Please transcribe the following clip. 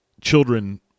children